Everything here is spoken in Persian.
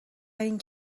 این